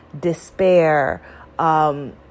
despair